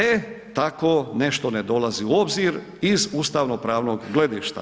E, tako nešto ne dolazi u obzir iz ustavnopravnog gledišta.